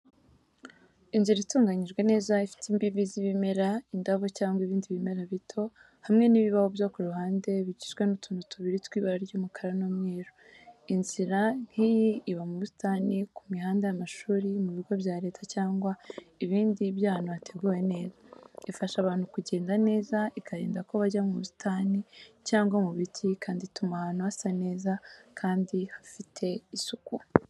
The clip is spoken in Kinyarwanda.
Inzira itunganyijwe neza ifite imbibi z'ibimera, indabo cyangwa ibindi bimera bito, hamwe n'ibibaho byo ku ruhande bigizwe n'utuntu tubiri tw'ibara ry'umukara n'umweru. Inzira nk’iyi iba mu busitani ku mihanda y’amashuri mu bigo bya Leta cyangwa ibindi by'ahantu hateguwe neza. Ifasha abantu kugenda neza, ikarinda ko bajya ku busitani cyangwa mu biti kandi ituma ahantu hasa neza kandi hafite isuku.